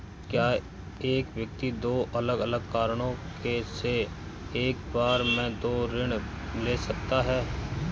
क्या एक व्यक्ति दो अलग अलग कारणों से एक बार में दो ऋण ले सकता है?